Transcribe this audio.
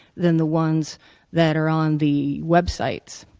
then the ones that are on the website